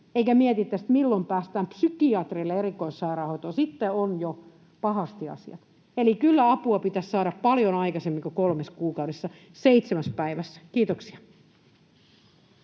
eikä mietittäisi, milloin päästään psykiatrille erikoissairaanhoitoon — sitten ovat jo pahasti asiat. Eli kyllä apua pitäisi saada paljon aikaisemmin kuin kolmessa kuukaudessa: seitsemässä päivässä. — Kiitoksia.